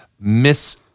miss